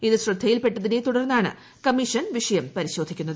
ഇത് ശ്രദ്ധയിൽപെട്ടതിനെ തുടർന്നാണ് കമ്മീഷൻ വിഷയം പരിശോധിക്കുന്നത്